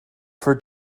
for